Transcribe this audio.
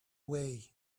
way